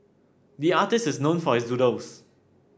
the artist is known for his doodles